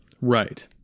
right